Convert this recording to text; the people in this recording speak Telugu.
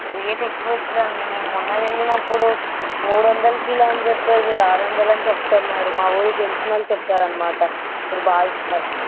రేట్ ఎక్కువ ఇస్తున్నారు అండి నేను మొన్న వెళ్ళినప్పుడు మూడు వందలు కిలో అని చెప్పారు ఇప్పుడు ఆరు వందలు అని చెప్తున్నారు మా వాళ్ళు తెలిసిన వాళ్ళు చెప్పారు అన్నమాట మీరు బాగా ఇస్తారని